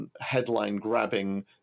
headline-grabbing